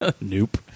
Nope